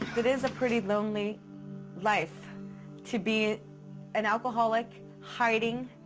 it is a pretty lonely life to be an alcoholic, hiding.